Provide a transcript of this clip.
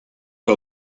que